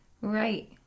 Right